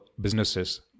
businesses